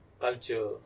Culture